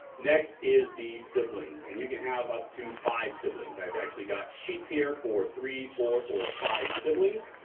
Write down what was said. next is the siblings and you can have up to five siblings. i've actually got sheets here for three, four, or five siblings.